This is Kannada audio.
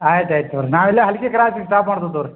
ಆಯ್ತು ಆಯ್ತು ತೊಗೊರಿ ನಾವು ಇಲ್ಲೇ ಕ್ರಾಸಿಗೆ ಸ್ಟಾಪ್ ಮಾಡ್ತೀವ್ ತೊಗೊರಿ